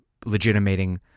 legitimating